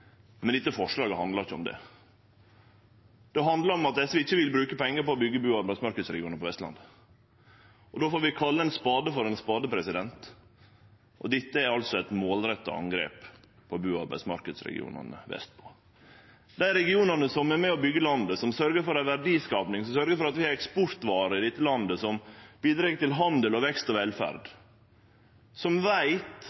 men dette forslaget handlar ikkje om det. Det handlar om at SV ikkje vil bruke pengar på å byggje bu- og arbeidsmarknadsregionar på Vestlandet. Då får vi kalle ein spade for ein spade, og dette er eit målretta angrep på bu- og arbeidsmarknadsregionane på Vestlandet. Bedriftene i dei regionane som er med og byggjer landet, som sørgjer for verdiskaping, som sørgjer for at vi har eksportvarer i dette landet, som bidreg til handel, vekst og